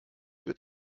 wird